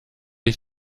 ich